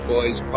Boys